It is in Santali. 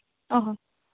ᱚ ᱦᱚ